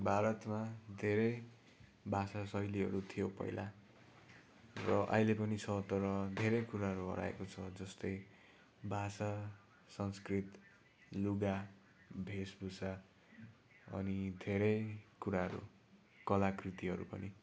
भारतमा धेरै भाषाशैलीहरू थियो पहिला र अहिले पनि छ तर धेरै कुराहरू हराएको छ जस्तै भाषा संस्कृत लुगा वेशभूषा अनि धेरै कुराहरू कलाकृतिहरू पनि